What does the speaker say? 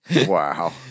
Wow